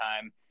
time